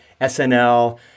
SNL